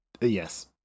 Yes